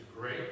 great